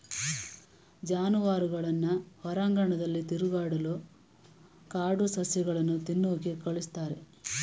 ಜಾನುವಾರುಗಳನ್ನ ಹೊರಾಂಗಣದಲ್ಲಿ ತಿರುಗಾಡಲು ಕಾಡು ಸಸ್ಯಗಳನ್ನು ತಿನ್ನೋಕೆ ಕಳಿಸ್ತಾರೆ